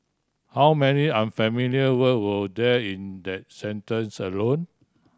how many unfamiliar word were there in that sentence alone